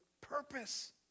purpose